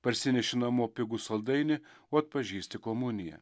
parsineši namo pigų saldainį o atpažįsti komuniją